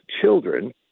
children